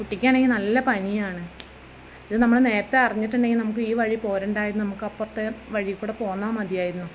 കുട്ടിക്കാണെങ്കിൽ നല്ല പനിയാണ് ഇത് നമ്മള് നേരത്തെ അറിഞ്ഞിട്ടുണ്ടെങ്കിൽ നമുക്ക് ഈ വഴി പോരണ്ടായിരുന്നു നമുക്ക് അപ്പുറത്തെ വഴിയിൽ കൂടെ പോന്നാൽ മതിയായിരുന്നു